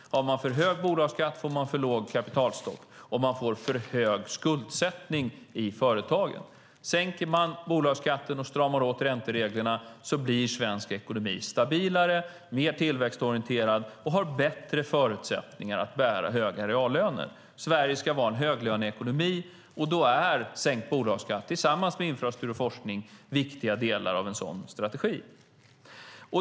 Har man för hög bolagsskatt får man för låg kapitalstock, och man får för hög skuldsättning i företagen. Sänker man bolagsskatten och stramar åt räntereglerna blir svensk ekonomi stabilare, mer tillväxtorienterad och har bättre förutsättningar att bära höga reallöner. Sverige ska vara en höglöneekonomi, och då är sänkt bolagsskatt tillsammans med infrastruktur och forskning viktiga delar av en sådan strategi.